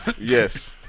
Yes